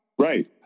Right